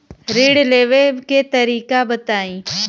ऋण लेवे के तरीका बताई?